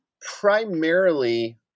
primarily